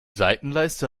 seitenleiste